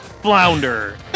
Flounder